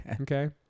Okay